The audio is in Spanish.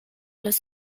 los